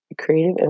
creative